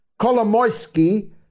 Kolomoisky